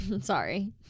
Sorry